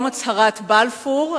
יום הצהרת בלפור,